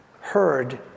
heard